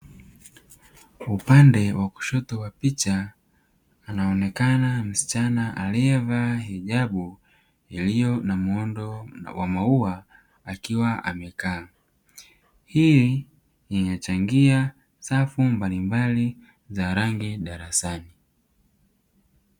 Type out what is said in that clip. Kwa upande wa kushoto wa picha anaonekana msichana aliyevaa hijabu iliyo na muundo wa maua akiwa amekaa, hii inachangia safu mbalimbali za rangi darasani.